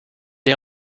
est